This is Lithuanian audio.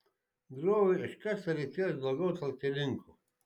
grioviui iškasti reikės daugiau talkininkų